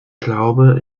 glaube